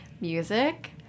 music